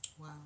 Wow